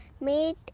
meet